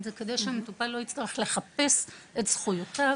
כשהמטרה היא לחסוך מהמטופל את החיפוש של זכויותיו